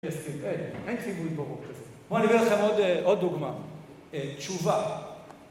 בואו אני נביא לכם עוד דוגמא, תשובה.